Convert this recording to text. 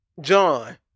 John